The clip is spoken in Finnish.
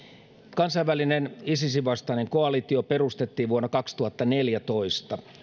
kansainvälinen isisin vastainen koalitio perustettiin vuonna kaksituhattaneljätoista